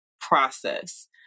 process